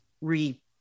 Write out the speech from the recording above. re